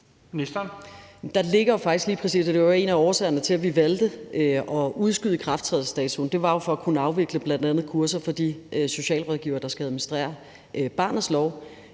En af årsagerne til, at vi valgte at udskyde ikrafttrædelsesdatoen, var jo lige præcis for at kunne afvikle bl.a. kurser for de socialrådgivere, der skal administrere barnets lov.